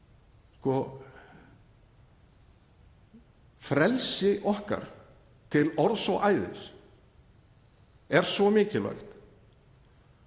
Frelsi okkar til orðs og æðis er svo mikilvægt